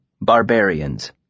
Barbarians